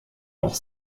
auch